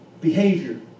behavior